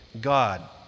God